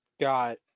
got